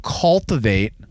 cultivate